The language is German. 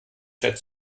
chat